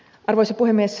arvoisa puhemies